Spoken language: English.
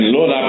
Lord